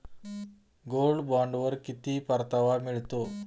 Gold बॉण्डवर किती परतावा मिळतो?